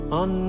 on